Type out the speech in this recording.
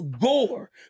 Gore